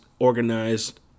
organized